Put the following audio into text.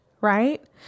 right